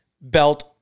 belt